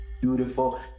Beautiful